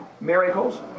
miracles